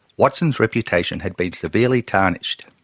watson's reputation had been severely tarnished.